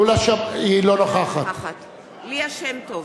אינה נוכחת ליה שמטוב,